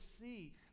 see